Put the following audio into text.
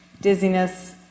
dizziness